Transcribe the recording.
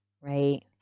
right